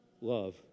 love